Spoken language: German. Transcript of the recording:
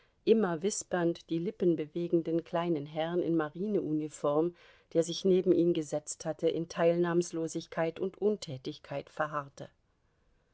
immer wispernd die lippen bewegenden kleinen herrn in marine uniform der sich neben ihn gesetzt hatte in teilnahmslosigkeit und untätigkeit verharrte